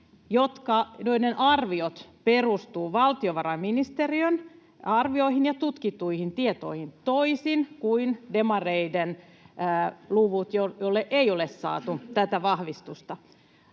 joiden arviot perustuvat valtiovarainministeriön arvioihin ja tutkittuihin tietoihin toisin kuin demareiden luvut, joille ei ole saatu vahvistusta.